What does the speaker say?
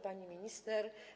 Pani Minister!